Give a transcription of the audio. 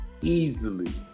easily